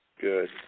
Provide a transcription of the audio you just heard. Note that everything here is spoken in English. good